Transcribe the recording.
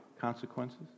consequences